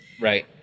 Right